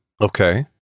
Okay